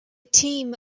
team